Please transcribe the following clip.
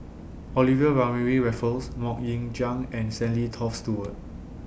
Olivia Mariamne Raffles Mok Ying Jang and Stanley Toft Stewart